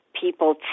people